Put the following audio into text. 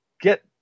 get